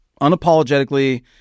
unapologetically